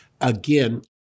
again